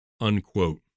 unquote